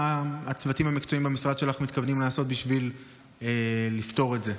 מה הצוותים המקצועיים במשרד שלך מתכוונים לעשות בשביל לפתור את זה?